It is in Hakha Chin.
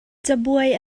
cabuai